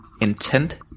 intent